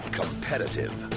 competitive